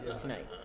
tonight